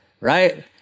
right